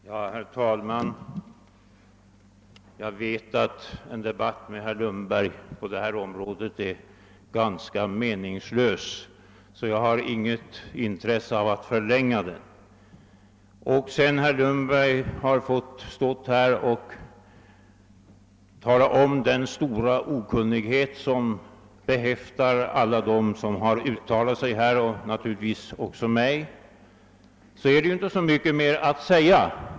Herr talman! Jag vet att en debatt med herr Lundberg på detta område är ganska meningslös; jag har därför inget intresse av att förlänga den. Sedan herr Lundberg här har fått tala om den stora okunnighet som behäftar alla dem som har uttalat sig i denna fråga och naturligtvis också mig är det inte så mycket mer att säga.